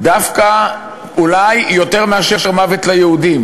דווקא אולי יותר מאשר "מוות ליהודים",